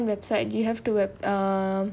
online website you have to have wa~ uh